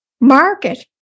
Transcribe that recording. market